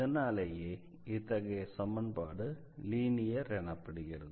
இதனாலேயே இத்தகைய சமன்பாடு லீனியர் எனப்படுகிறது